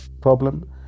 problem